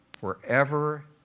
wherever